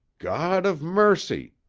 god of mercy!